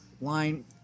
line